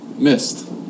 missed